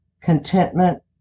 contentment